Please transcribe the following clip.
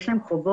יש להם חובות